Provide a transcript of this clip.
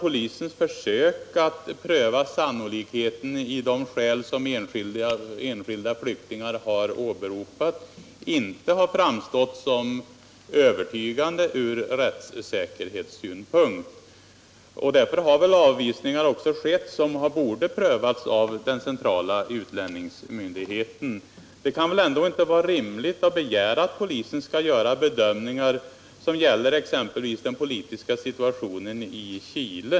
Polisens försök att pröva sannolikheten i de skäl som enskilda flyktingar har åberopat har inte framstått som övertygande från rättssäkerhetssynpunkt, och därför har väl också avvisningar skett i fall som borde ha prövats av den centrala utlänningsmyndigheten. Det kan väl ändå inte vara rimligt att begära att polisen skall göra en bedömning av exempelvis den politiska situationen i Chile?